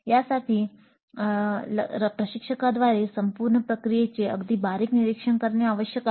यासाठी प्रशिक्षकाद्वारे संपूर्ण प्रक्रियेचे अगदी बारीक निरीक्षण करणे आवश्यक आहे